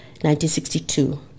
1962